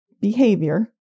behavior